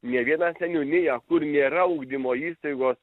ne vieną seniūniją kur nėra ugdymo įstaigos